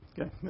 Okay